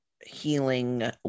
healing